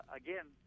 again